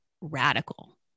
radical